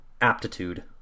aptitude